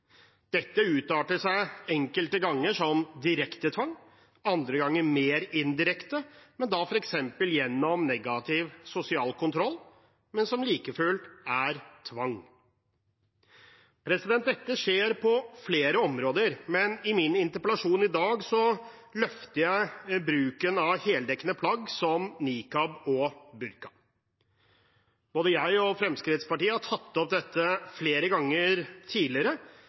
Dette arter seg enkelte ganger som direkte tvang, andre ganger mer indirekte, men da f.eks. gjennom negativ sosial kontroll, som like fullt er tvang. Dette skjer på flere områder, men i min interpellasjon i dag løfter jeg bruken av heldekkende plagg som nikab og burka. Både jeg og Fremskrittspartiet har tatt opp dette flere ganger tidligere,